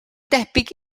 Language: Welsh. debyg